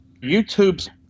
YouTube's